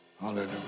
Hallelujah